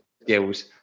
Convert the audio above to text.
skills